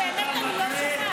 לא שומעים, באמת אני לא שומעת.